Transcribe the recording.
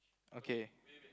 okay